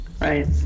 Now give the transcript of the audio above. Right